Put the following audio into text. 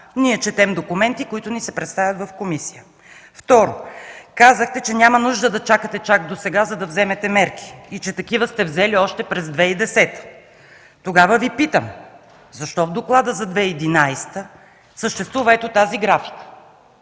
Ние четем документи, които ни се представят в комисията. Второ, казахте, че няма нужда да чакате чак досега, за да вземете мерки и че такива сте взели още през 2010 г. Тогава Ви питам: защо в доклада за 2011 г. съществува ето тази графика